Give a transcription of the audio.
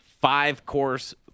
Five-course